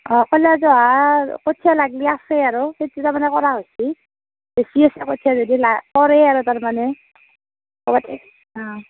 অঁ ক'লা জহা কঠিয়া লাগিলে আছে আৰু সেইটো তাৰমানে কৰা হৈছে বেছি আছে কঠিয়া যদি লা কৰে আৰু তাৰমানে অঁ